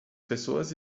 pessoas